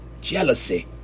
Jealousy